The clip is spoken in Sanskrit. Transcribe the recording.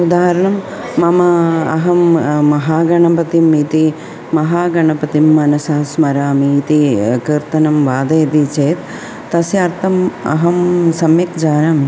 उदाहरणं मम अहं महागणपतिम् इति महागणपतिं मनसा स्मरामि इति कीर्तनं वादयति चेत् तस्य अर्थम् अहं सम्यक् जानामि